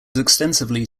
extensively